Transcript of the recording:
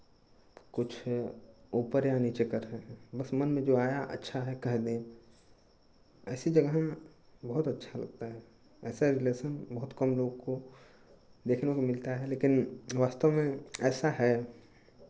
कुछ ऊपर या नीचे कर रहे हैं बस मन में जो आया अच्छा है कह दें ऐसी जगह बहुत अच्छा लगता है ऐसा रिलेशन बहुत कम लोगों को देखने को मिलता है लेकिन वास्तव में ऐसा है